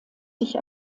sich